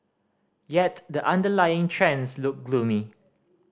yet the underlying trends look gloomy